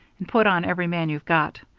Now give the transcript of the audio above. and put on every man you've got.